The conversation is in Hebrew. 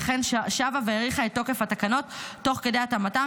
וכן שבה והאריכה את תוקף התקנות תוך כדי התאמתן